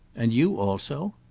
and you also?